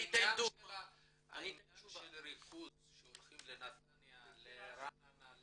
העניין של ריכוז, שהולכים לנתניה, לרעננה.